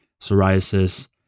psoriasis